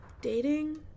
Dating